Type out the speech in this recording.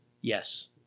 yes